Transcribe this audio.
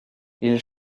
ils